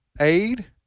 aid